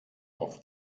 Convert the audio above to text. auf